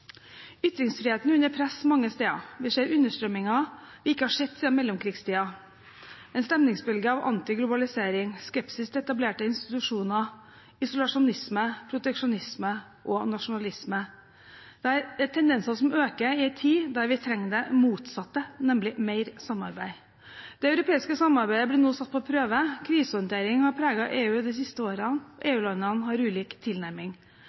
Ytringsfriheten er under press mange steder. Vi ser understrømmer vi ikke har sett siden mellomkrigstiden: en stemningsbølge av antiglobalisering, skepsis til etablerte institusjoner, isolasjonisme, proteksjonisme og nasjonalisme. Dette er tendenser som øker i en tid da vi trenger det motsatte, nemlig mer samarbeid. Det europeiske samarbeidet blir nå satt på prøve. Krisehåndtering har preget EU de siste årene. EU-landene har ulik tilnærming.